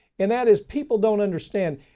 and that is people don't understand.